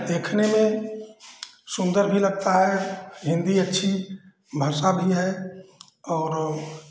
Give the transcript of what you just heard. देखने में सुन्दर भी लगती है हिन्दी अच्छी भाषा भी है और